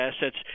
assets